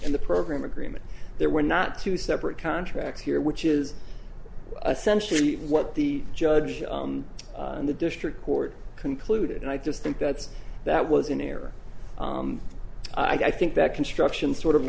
and the program agreement there were not two separate contracts here which is essentially what the judge in the district court concluded and i just think that's that was an error i think that construction sort of